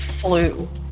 flu